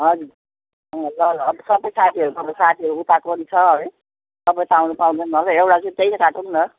हजुर अँ ल ल अब सबै साथीहरू त अब साथीहरू उताको नि छ है सबै त आउन पाउँदैन होला एउटा चाहिँ त्यहीँ काटौँ न